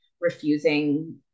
refusing